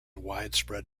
widespread